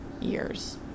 years